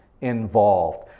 involved